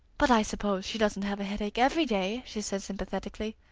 but i suppose she doesn't have a headache every day, she said sympathetically.